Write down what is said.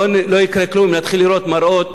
לא יקרה כלום אם נתחיל לראות מראות